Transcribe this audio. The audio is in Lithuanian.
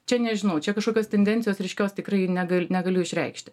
čia nežinau čia kažkokios tendencijos ryškios tikrai negal negaliu išreikšti